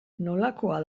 nolakoa